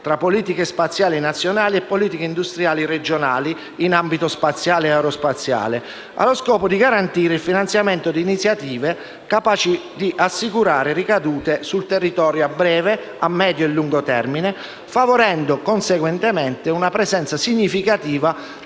tra le politiche spaziali nazionali e le politiche industriali regionali in ambito spaziale e aerospaziale, allo scopo di garantire il finanziamento di iniziative capaci di assicurare ricadute sul territorio a breve, a medio e lungo termine, favorendo conseguentemente una presenza significativa